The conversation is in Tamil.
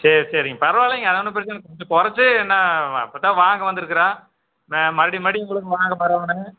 சரி சரிங்க பரவாயில்லைங்க அதனால் ஒன்றும் பிரச்சனை இல்லைங்க கொஞ்சம் கொறைச்சி என்ன இப்போ தான் வாங்க வந்துருக்கிறோம் மறுபடி மறுபடியும் உங்களுக்கு வாங்க வரணும்